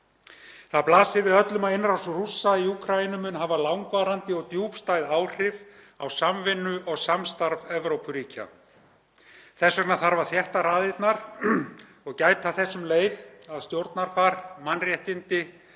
Það blasir við öllum að innrás Rússa í Úkraínu mun hafa langvarandi og djúpstæð áhrif á samvinnu og samstarf Evrópuríkja. Þess vegna þarf að þétta raðirnar og gæta þess um leið að stjórnarfar, mannréttindi,